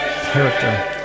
character